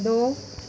दो